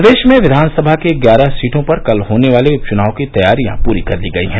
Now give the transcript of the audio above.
प्रदेश में विधानसभा की ग्यारह सीटों पर कल होने वाले उपचुनाव की तैयारियां पूरी कर ली गयी हैं